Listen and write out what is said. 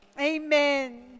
Amen